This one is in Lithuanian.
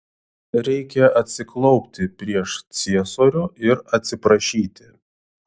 reikia atsiklaupti prieš ciesorių ir atsiprašyti